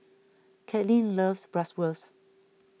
Kaitlyn loves Bratwurst